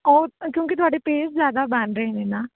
ਉਹ ਕਿਉਂਕੀ ਤੁਹਾਡੇ ਪੇਜ ਜਿਆਦਾ ਬਣ ਰਹੇ ਨੇ ਨਾ